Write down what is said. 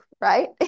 right